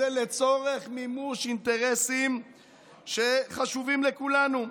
זה לצורך מימוש אינטרסים שחשובים לכולנו.